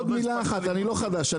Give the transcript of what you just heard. אני לא חדש,